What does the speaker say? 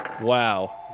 Wow